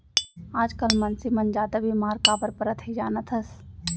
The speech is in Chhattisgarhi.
आजकाल मनसे मन जादा बेमार काबर परत हें जानत हस?